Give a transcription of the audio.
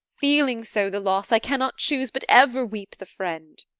feeling so the loss, i cannot choose but ever weep the friend.